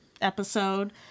episode